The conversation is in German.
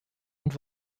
und